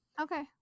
Okay